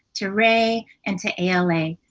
to ray, and to ala.